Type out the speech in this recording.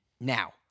Now